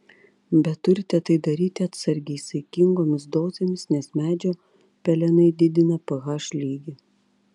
bet turite tai daryti atsargiai saikingomis dozėmis nes medžio pelenai didina ph lygį